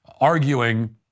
arguing